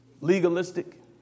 legalistic